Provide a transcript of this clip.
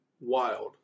Wild